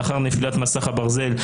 לאחר נפילת מסך הברזל,